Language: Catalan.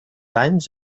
anys